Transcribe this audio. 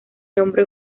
nombre